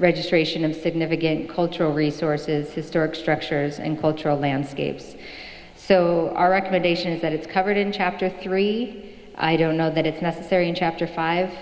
registration of significant cultural resources historic structures and cultural landscapes so our recommendation is that it's covered in chapter three i don't know that it's necessary in chapter five